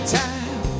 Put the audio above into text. time